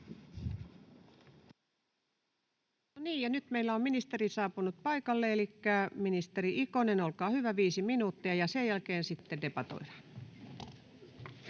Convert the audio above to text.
nyt meillä on ministeri saapunut paikalle. — Elikkä ministeri Ikonen, olkaa hyvä, viisi minuuttia. — Ja sen jälkeen sitten debatoidaan.